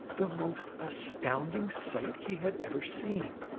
the most astounding sight he had ever seen.